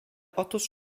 otóż